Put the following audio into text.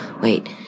Wait